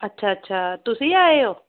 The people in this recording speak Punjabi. ਅੱਛਾ ਅੱਛਾ ਤੁਸੀਂ ਆਏ ਹੋ